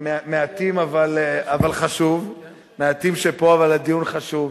מעטים, אבל חשוב, מעטים פה אבל הדיון חשוב,